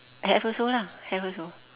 have also lah have also